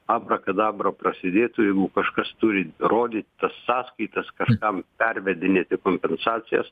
abrakadabra prasidėtų jeigu kažkas turi rodyt tas sąskaitas kažkam pervedinėti kompensacijas